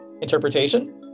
interpretation